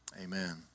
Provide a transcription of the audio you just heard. amen